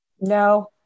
no